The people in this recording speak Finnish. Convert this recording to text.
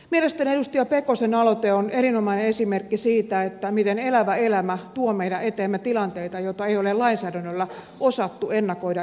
mielestäni edustaja pekosen aloite on erinomainen esimerkki siitä miten elävä elämä tuo meidän eteemme tilanteita joita ei ole lainsäädännöllä osattu ennakoida etukäteen